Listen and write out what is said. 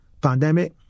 pandemic